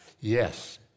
yes